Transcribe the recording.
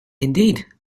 indeed